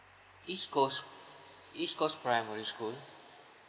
east coast each coast primary school